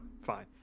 fine